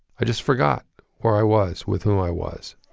i just forgot where i was, with who i was